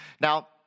now